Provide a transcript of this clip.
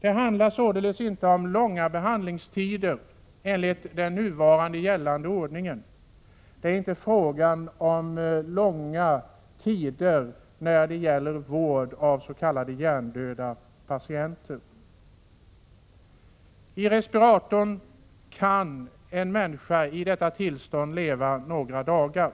Enligt den nu gällande ordningen rör det sig således inte om långa behandlingstider när det gäller vård av s.k. hjärndöda patienter. I respiratorn kan en människa i detta tillstånd leva några dagar.